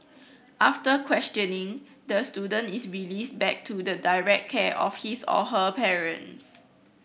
after questioning the student is released back to the direct care of his or her parents